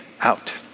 out